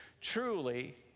Truly